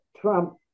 Trump